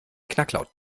knacklaut